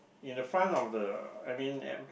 in the front of the I mean